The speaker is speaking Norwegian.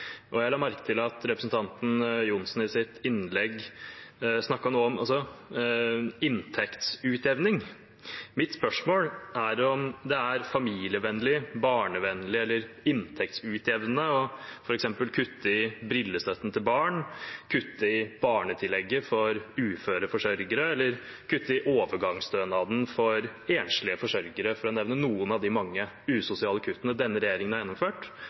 Jeg la merke til at representanten Ørmen Johnsen i sitt innlegg snakket noe om inntektsutjevning. Mitt spørsmål er om det er familievennlig, barnevennlig eller inntektsutjevnende f.eks. å kutte i brillestøtten til barn, kutte i barnetillegget for uføre forsørgere eller kutte i overgangsstønaden for enslige forsørgere, for å nevne noen av de mange usosiale kuttene denne regjeringen har gjennomført,